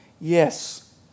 Yes